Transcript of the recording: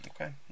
okay